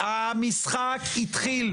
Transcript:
המשחק התחיל.